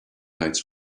lights